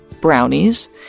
brownies